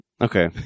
Okay